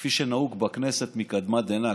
וכפי שנהוג בכנסת מקדמת דנא,